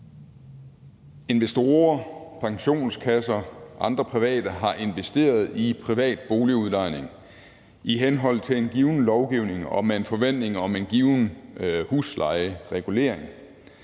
investorer, pensionskasser og andre private har investeret i privat boligudlejning i henhold til en given lovgivning og med en forventning om en given huslejeregulering,